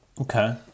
Okay